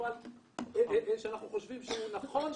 שאנחנו חושבים שנכון שיצמח,